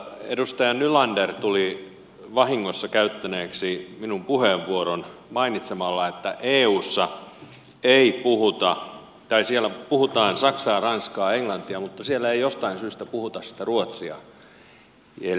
edustaja nylander tuli vahingossa käyttäneeksi minun puheenvuoroni mainitsemalla että eussa puhutaan saksaa ranskaa ja englantia mutta siellä ei jostain syystä puhuta sitä ruotsia